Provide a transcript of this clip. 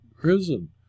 prison